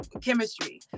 chemistry